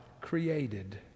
created